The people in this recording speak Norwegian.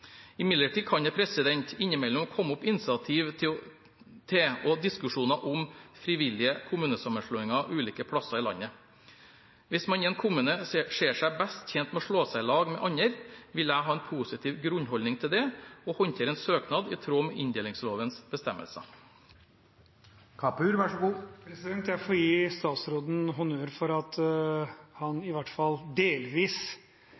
Imidlertid kan det innimellom komme opp initiativ til og diskusjoner om frivillige kommunesammenslåinger ulike steder i landet. Hvis man i en kommune ser seg best tjent med å slå seg sammen med andre, vil jeg ha en positiv grunnholdning til det og håndtere en søknad i tråd med inndelingslovens bestemmelser. Jeg får gi statsråden honnør for at